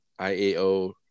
iao